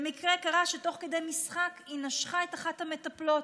במקרה קרה שתוך כדי משחק היא נשכה את אחת המטפלות.